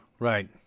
Right